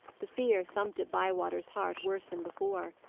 the fear thumped at bywater's heart worse than before.